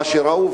מה שראו,